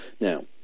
Now